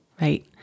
right